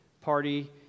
party